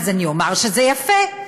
אז אני אומר שזה יפה.